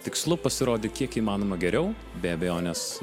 tikslu pasirodyt kiek įmanoma geriau be abejonės